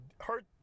hurt